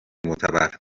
معتبر